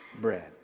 bread